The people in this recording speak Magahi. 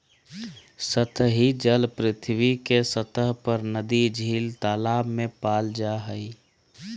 सतही जल पृथ्वी के सतह पर नदी, झील, तालाब में पाल जा हइ